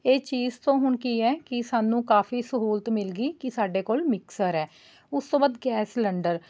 ਇਹ ਚੀਜ਼ ਤੋਂ ਹੁਣ ਕੀ ਹੈ ਕਿ ਸਾਨੂੰ ਕਾਫ਼ੀ ਸਹੂਲਤ ਮਿਲ ਗਈ ਕਿ ਸਾਡੇ ਕੋਲ ਮਿਕਸਰ ਹੈ ਉਸ ਤੋਂ ਬਾਅਦ ਗੈਸ ਸਿਲੰਡਰ